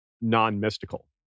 non-mystical